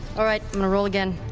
all right, i'm going to roll again,